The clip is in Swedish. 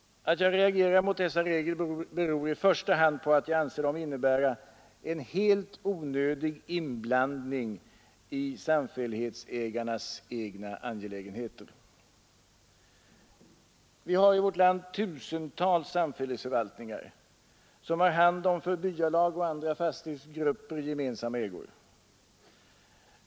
Att jag reagerar mot dessa regler beror i första hand på att jag anser dem innebära en helt onödig inblandning i samfällighetsägarnas egna angelägenheter. Vi har i vårt land tusentals samfällighetsförvaltningar, som har hand om för byalag och andra fastighetsgrupper gemensamma ägor.